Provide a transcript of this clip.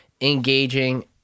engaging